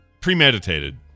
Premeditated